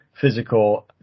physical